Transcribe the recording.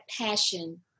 passion